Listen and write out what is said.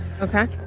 Okay